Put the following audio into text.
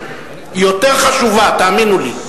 יותר חשובה, תאמינו לי.